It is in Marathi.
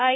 आय